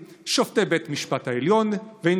גם לשר לביטחון הפנים וגם לכל מי שעוסק